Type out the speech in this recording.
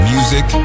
Music